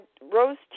rose